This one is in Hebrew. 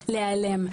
בהפרעה להיעלם,